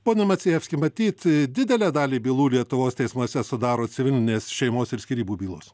pone macijevski matyt didelę dalį bylų lietuvos teismuose sudaro civilinės šeimos ir skyrybų bylos